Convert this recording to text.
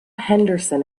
henderson